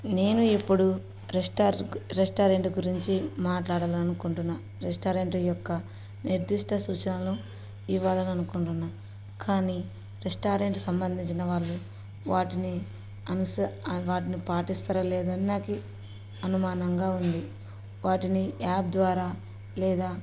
నేను ఇప్పుడు రెస్టార్ రెస్టారెంట్ గురించి మాట్లాడాలి అనుకుంటున్నాను రెస్టారెంట్ యొక్క నిర్దిష్ట సూచనలు ఇవ్వాలి అని అనుకుంటున్నాను కానీ రెస్టారెంట్కు సంబంధించిన వాళ్ళు వాటిని అనుస వాటిని పాటిస్తారా లేదా నాకు అనుమానంగా ఉంది వాటిని యాప్ ద్వారా లేదా